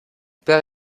père